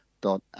dot